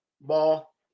ball